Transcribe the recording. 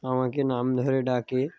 আমাকে নাম ধরে ডাকে